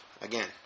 Again